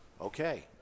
okay